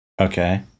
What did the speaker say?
Okay